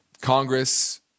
Congress